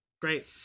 Great